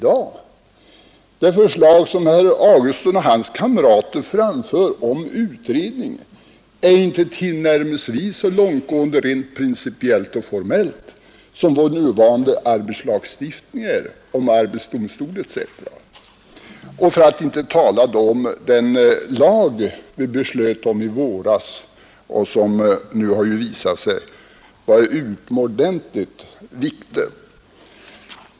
Det förslag som herr Augustsson och hans kamrater framför om utredning är inte tillnärmelsevis så långtgående rent principiellt och formellt som vår nuvarande arbetslagstiftning om arbetsdomstol etc., för att inte tala om den lag vi beslöt om i våras och som nu har visat sig vara utomordentligt viktig.